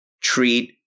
treat